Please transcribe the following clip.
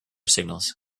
signals